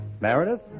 Meredith